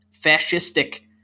fascistic